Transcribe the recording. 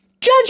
Judge